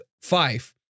five